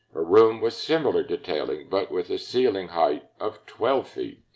a room with similar detailing, but with a ceiling height of twelve feet.